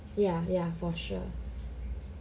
ya ya for sure